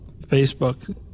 Facebook